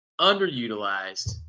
underutilized